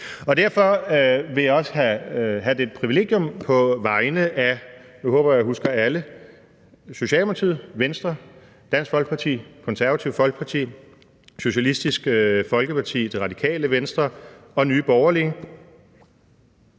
vegne af – og nu håber jeg, at jeg husker alle – Socialdemokratiet, Venstre, Dansk Folkeparti, Konservative Folkeparti, Socialistisk Folkeparti, Det Radikale Venstre, Nye Borgerlige